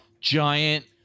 Giant